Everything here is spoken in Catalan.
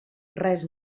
res